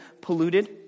polluted